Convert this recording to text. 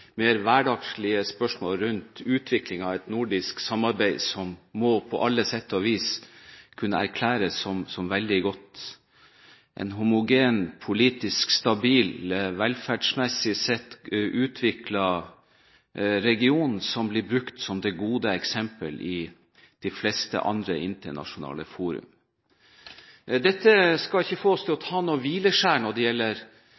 mer hverdagslige spørsmål rundt utviklingen av et nordisk samarbeid som på alle sett og vis må kunne erklæres som veldig godt. Det er en homogen, politisk stabil og, velferdsmessig sett, utviklet region som blir brukt som det gode eksempel i de fleste andre internasjonale fora. Det skal ikke få oss til å ta noe hvileskjær når det gjelder